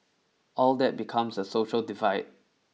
all that becomes a social divide